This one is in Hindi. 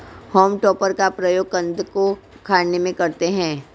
होम टॉपर का प्रयोग कन्द को उखाड़ने में करते हैं